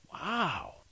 Wow